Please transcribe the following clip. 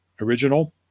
original